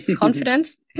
confidence